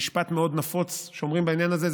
משפט מאוד נפוץ שאומרים בעניין הזה הוא